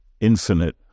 infinite